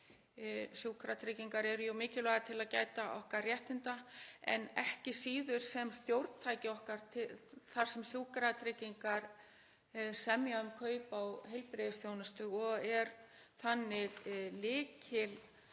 Sjúkratryggingar eru mikilvægar til að gæta okkar réttinda en ekki síður sem stjórntæki okkar þar sem Sjúkratryggingar semja um kaup á heilbrigðisþjónustu og eru þannig